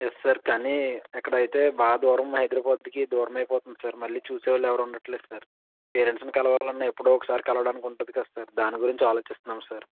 yes sir కానీ ఇక్కడ అయితే బాగా దూరం హైదరాబాద్కి దూరం అయిపోతుంది సార్ మళ్ళీ చూసే వాళ్ళు ఎవరు ఉండట్లేదు సార్ పేరెంట్స్ని కలవాలి అన్నా ఎప్పుడో ఒకసారి కలవడానికి ఉంటుంది కదా సార్ దాని గురించి ఆలోచిస్తున్నాం సార్